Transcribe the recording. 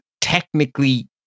technically